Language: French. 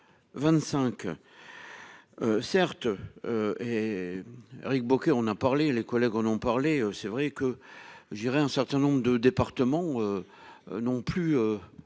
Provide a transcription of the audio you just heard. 2025. Certes. Et. Éric Bocquet. On a parlé et les collègues en ont parlé, c'est vrai que je dirais un certain nombre de départements. Non plus.